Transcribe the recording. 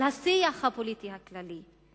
על השיח הפוליטי הכללי.